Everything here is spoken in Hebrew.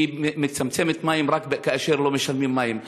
היא מצמצמת מים רק כאשר לא משלמים מים.